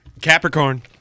Capricorn